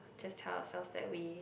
just tell ourselves that we